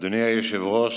אדוני היושב-ראש,